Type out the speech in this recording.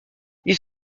ils